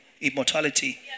Immortality